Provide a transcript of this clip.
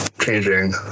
changing